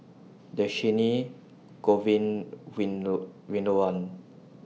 Dhershini Govin Winodan